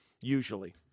usually